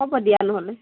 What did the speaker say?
হ'ব দিয়া নহ'লে